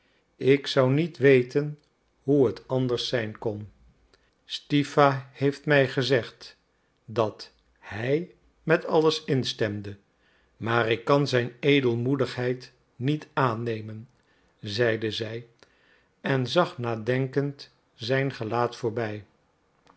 ik zou niet weten hoe het anders zijn kon stiwa heeft mij gezegd dat hij met alles instemde maar ik kan zijn edelmoedigheid niet aannemen zeide zij en zag nadenkend zijn gelaat voorbij